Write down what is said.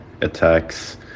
attacks